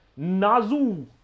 Nazu